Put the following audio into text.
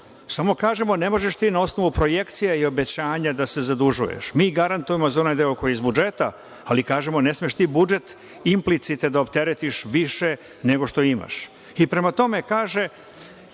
samo kažemo ne možeš ti na osnovu projekcije i obećanja da se zadužuješ. Mi garantujemo za onaj deo koji je iz budžeta, ali kažemo – ne smeš ti budžet implicite da opteretiš više nego što imaš. Prema tome, kaže